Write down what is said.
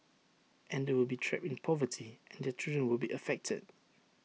and they will be trapped in poverty and their children will be affected